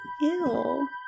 ew